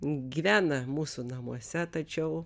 gyvena mūsų namuose tačiau